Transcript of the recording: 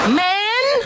man